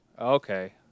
Okay